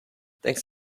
thanks